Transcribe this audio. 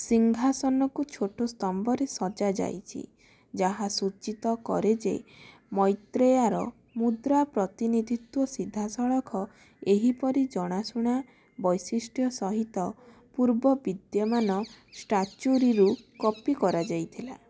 ସିଂହାସନକୁ ଛୋଟ ସ୍ତମ୍ଭରେ ସଜାଯାଇଛି ଯାହା ସୂଚିତ କରେ ଯେ ମୈତ୍ରେୟାର ମୁଦ୍ରା ପ୍ରତିନିଧିତ୍ୱ ସିଧାସଳଖ ଏହିପରି ଜଣାଶୁଣା ବୈଶିଷ୍ଟ୍ୟ ସହିତ ପୂର୍ବ ପିତ୍ୟମାନ ଷ୍ଟାଚୁରୀରୁ କପି କରାଯାଇଥିଲା